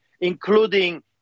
including